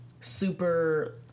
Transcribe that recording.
super